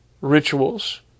rituals